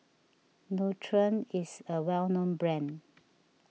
Nutren is a well known brand